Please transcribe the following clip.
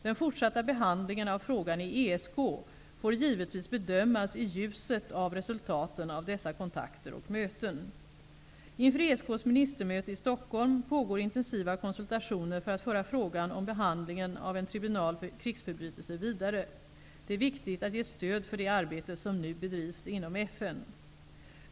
Den fortsatta behandlingen av frågan i ESK får givetvis bedömas i ljuset av resultaten av dessa kontakter och möten. Inför ESK:s ministermöte i Stockholm pågår intensiva konsultationer för att föra frågan om behandlingen av en tribunal för krigsförbrytelser vidare. Det är viktigt att ge stöd för det arbete som nu bedrivs inom FN.